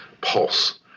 pulse